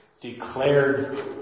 declared